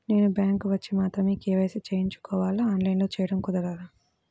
నేను బ్యాంక్ వచ్చి మాత్రమే కే.వై.సి చేయించుకోవాలా? ఆన్లైన్లో చేయటం కుదరదా?